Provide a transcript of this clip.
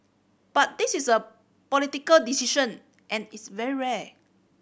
but this is a political decision and it's very rare